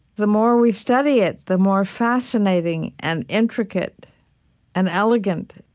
the more we study it, the more fascinating and intricate and elegant